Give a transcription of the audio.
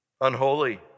unholy